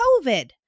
COVID